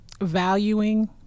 valuing